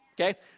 Okay